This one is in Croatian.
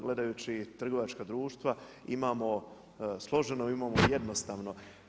Gledajući trgovačka društva imamo složeno, imamo jednostavno.